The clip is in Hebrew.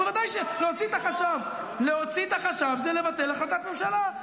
ובוודאי שלהוציא את החשב זה לבטל החלטת ממשלה.